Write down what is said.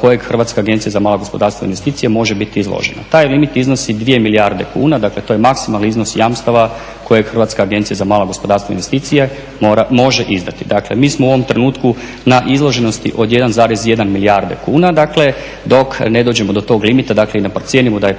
koji Hrvatska agencija za malo gospodarstvo i investicije može biti izloženo. Taj limit iznosi 2 milijarde kuna, dakle to ja maksimalni iznos jamstava kojeg Hrvatska agencija zamalo gospodarstvo i investicije može izdati. Mi smo u ovom trenutku na izloženosti od 1,1 milijarde kuna, dakle dok ne dođemo do tog limita i ne procijenimo da je